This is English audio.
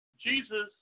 Jesus